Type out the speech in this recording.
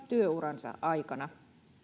työuransa aikana